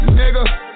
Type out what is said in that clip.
nigga